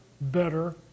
better